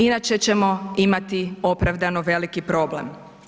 Inače ćemo imati opravdano veliki problem.